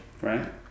Right